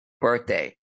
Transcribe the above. birthday